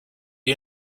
you